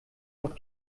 auf